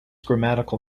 grammatical